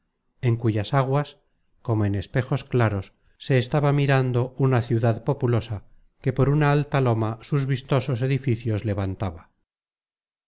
en cuyas aguas como en espejos claros se estaba mirando una ciudad populosa que por una alta loma sus vistosos edificios levantaba